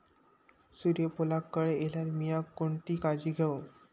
सूर्यफूलाक कळे इल्यार मीया कोणती काळजी घेव?